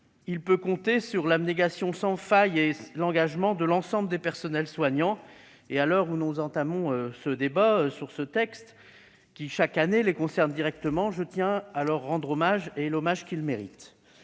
et peut compter sur l'abnégation sans faille et l'engagement de l'ensemble des personnels soignants. À l'heure où nous entamons notre débat sur un texte qui les concerne directement, je tiens à leur rendre l'hommage qu'ils méritent.